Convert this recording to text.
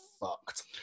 fucked